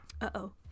uh-oh